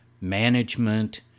management